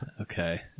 Okay